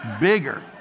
bigger